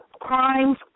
crimes